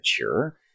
mature